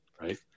right